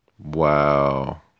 Wow